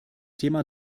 thema